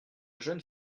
jeune